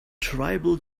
tribal